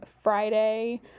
Friday